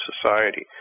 society